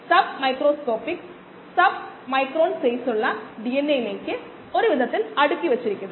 നമുക്ക് dry mass അളക്കാനും sample എടുക്കാനും കഴിയും ആവശ്യത്തിന് വലിയ സാമ്പിൾ പൂർണ്ണമായും ഡ്രൈ ആകുക തുടർന്ന് മാസ്സ് അളക്കുക